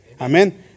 Amen